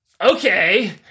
Okay